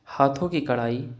ہاتھوں کی کڑھائی